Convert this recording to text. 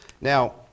Now